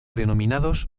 denominados